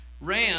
Ram